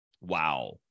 Wow